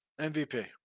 MVP